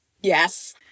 Yes